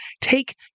take